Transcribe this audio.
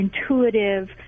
intuitive